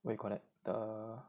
when you call that err